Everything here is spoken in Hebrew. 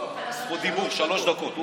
לא, זכות דיבור שלוש דקות.